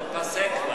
זה כבר פאסה.